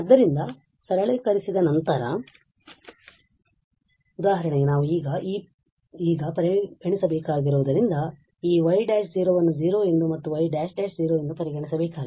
ಆದ್ದರಿಂದ ಸರಳೀಕರಿಸಿದ ನಂತರ ಉದಾಹರಣೆಗೆ ನಾವು ಈಗ ಪರಿಗಣಿಸಬೇಕಾಗಿರುವುದರಿಂದ ಈ y′ ಅನ್ನು 0 ಎಂದು ಮತ್ತು y′′ ಎಂದು ಪರಿಗಣಿಸಬೇಕಾಗಿದೆ